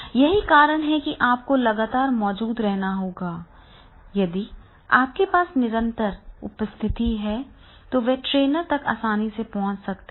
यही कारण है कि आपको लगातार मौजूद रहना होगा यदि आपके पास निरंतर उपस्थिति है तो वे ट्रेनर तक आसानी से पहुंच सकते हैं